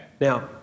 Now